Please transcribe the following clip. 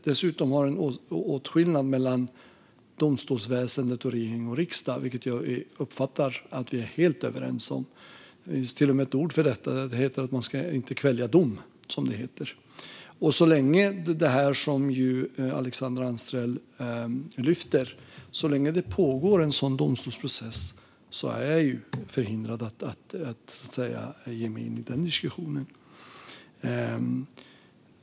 Dessutom har vi en åtskillnad mellan domstolsväsendet, regeringen och riksdagen, vilket jag uppfattar att vi är helt överens om. Det finns till och med ett ord för detta - det heter att man inte ska kvälja dom. Så länge det, som Alexandra Anstrell lyfter, pågår en domstolsprocess är jag förhindrad att ge mig in i den diskussionen.